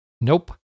nope